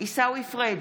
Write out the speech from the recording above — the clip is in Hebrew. עיסאווי פריג'